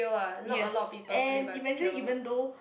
yes and eventually even though